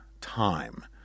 time